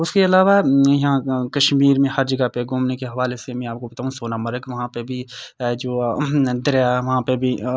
اس کے علاوہ یہاں کشمیر میں ہر جگہ پہ گھومنے کے حوالے سے میں آپ کو بتاؤں سونا مرگ وہاں پہ بھی جو دریا وہاں پہ بھی